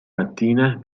mattina